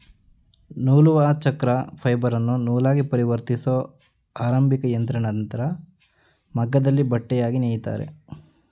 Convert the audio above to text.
ನೂಲುವಚಕ್ರ ಫೈಬರನ್ನು ನೂಲಾಗಿಪರಿವರ್ತಿಸೊ ಆರಂಭಿಕಯಂತ್ರ ನಂತ್ರ ಮಗ್ಗದಲ್ಲಿ ಬಟ್ಟೆಯಾಗಿ ನೇಯ್ತಾರೆ